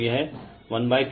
तो यह 1Q02 होगा